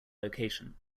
location